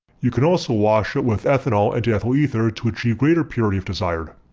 you can also wash it with ethanol and diethyl ether to achieve greater purity if desired.